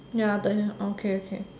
ya okay okay